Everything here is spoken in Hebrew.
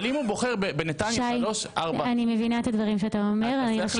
אבל אם הוא בוחר בנתניה 4-3 --- אני מבינה את הדברים שאתה אומר,